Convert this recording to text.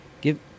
Give